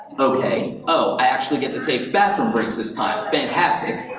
okay. oh, i actually get to take bathroom breaks this time. fantastic.